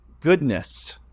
goodness